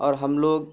اور ہم لوگ